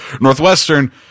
Northwestern